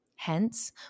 Hence